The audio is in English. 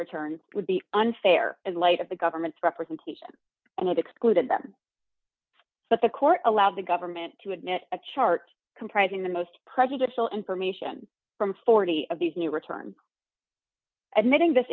return would be unfair in light of the government's representation and excluded them but the court allowed the government to admit a chart comprising the most prejudicial information from forty of these new returns admitting this